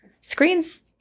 Screens